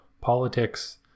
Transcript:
politics